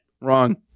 Wrong